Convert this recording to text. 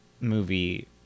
movie